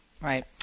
Right